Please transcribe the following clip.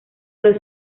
los